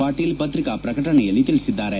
ಪಾಟೀಲ್ ಪತ್ರಿಕಾ ಪ್ರಕಟಣೆಯಲ್ಲಿ ತಿಳಿಸಿದ್ದಾರೆ